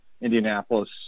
Indianapolis